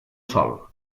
sol